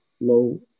low